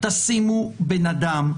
תשימו בן אדם במלונית,